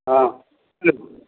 हँ